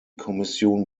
kommission